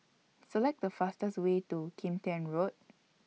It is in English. Select The fastest Way to Kim Tian Road